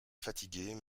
fatiguer